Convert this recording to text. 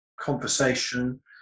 conversation